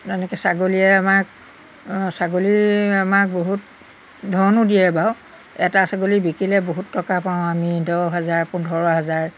আৰু এনেকৈ ছাগলীয়ে আমাক ছাগলীয়ে আমাক বহুত ধনো দিয়ে বাৰু এটা ছাগলী বিকিলে বহুত টকা পাওঁ আমি দহ হাজাৰ পোন্ধৰ হাজাৰ